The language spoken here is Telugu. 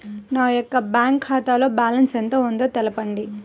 నా యొక్క బ్యాంక్ ఖాతాలో బ్యాలెన్స్ ఎంత ఉందో తెలపండి?